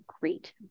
great